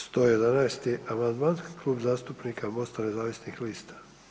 111. amandman Klub zastupnika MOST-a nezavisnih lista.